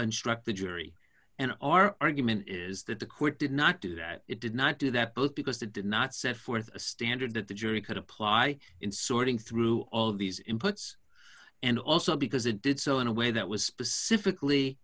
and struck the jury and our argument is that the court did not do that it did not do that both because they did not set forth a standard that the jury could apply in sorting through all of these inputs and also because it did so in a way that was specifically